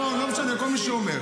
לא משנה, כל מי שאומר.